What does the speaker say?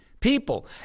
People